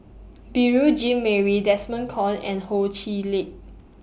Beurel Jean Marie Desmond Kon and Ho Chee Lick